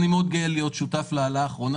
אני מאוד גאה להיות שותף להעלאה האחרונה